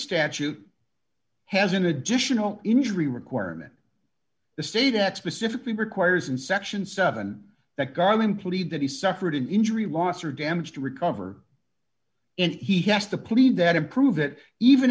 statute has an additional injury requirement the state that specifically requires in section seven that garmin plead that he suffered an injury loss or damage to recover and he has to plead that improve that even